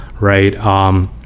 right